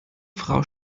frau